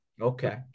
okay